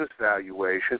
valuation